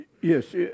Yes